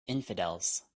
infidels